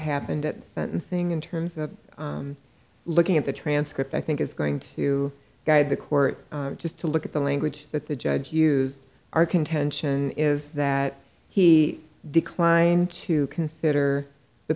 happened at sentencing in terms of looking at the transcript i think it's going to guide the court just to look at the language that the judge used our contention is that he declined to consider the